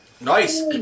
Nice